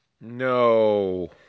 No